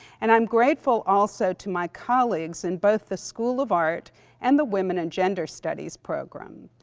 and i'm grateful also to my colleagues in both the school of art and the women and gender studies program,